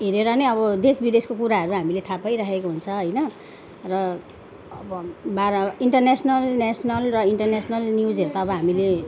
हेरेर नै अब देश विदेशको कुराहरू हामीले थाहा पाइरहेको हुन्छ होइन र अब बाह्र इन्टरनेसनल नेसनल र इन्टरनेसनल न्युजहरू त अब हामीले